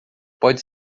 pode